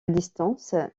distance